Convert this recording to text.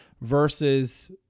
versus –